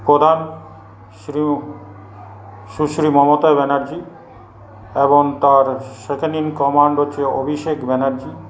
প্রধান শ্রিউ শ্রী শ্রী মমতা ব্যানার্জি এবং তার কম্যান্ড হচ্ছে অভিষেক ব্যানার্জি